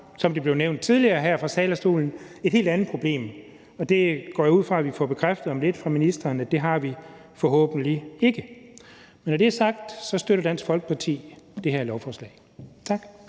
som det blev nævnt tidligere her fra talerstolen, et helt andet problem. Det går jeg ud fra at vi får bekræftet om lidt fra ministeren at vi forhåbentlig ikke har. Når det er sagt, støtter Dansk Folkeparti det her lovforslag. Tak.